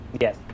Yes